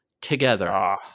together